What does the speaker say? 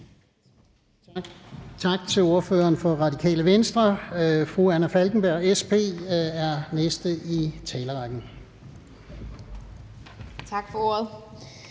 Tak til ordføreren for Radikale Venstre. Fru Anna Falkenberg, SP, er den næste i talerrækken. Kl.